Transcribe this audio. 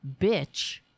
bitch